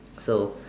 so